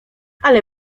ale